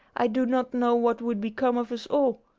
i do not know what would become of us all.